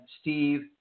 Steve